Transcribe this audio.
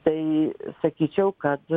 tai sakyčiau kad